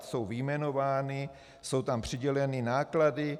Jsou vyjmenovány, jsou tam přiděleny náklady.